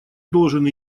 должен